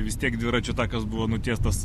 vis tiek dviračių takas buvo nutiestas